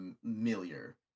familiar